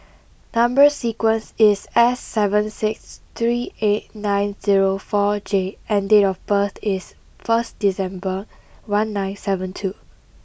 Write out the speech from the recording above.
number sequence is S seven six three eight nine zero four J and date of birth is first December one nine seven two